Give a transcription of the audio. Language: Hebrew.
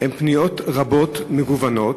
הן פניות רבות ומגוונות,